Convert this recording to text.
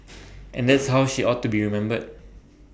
and that's how she ought to be remembered